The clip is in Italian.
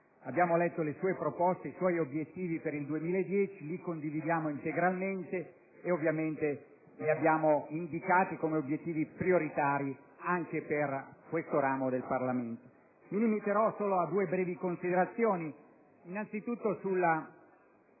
Abbiamo letto le sue proposte e i suoi obiettivi per il 2010, li condividiamo integralmente e ovviamente li abbiamo indicati come prioritari anche per questo ramo del Parlamento. Mi limiterò quindi solo a due brevi considerazioni. Innanzitutto vorrei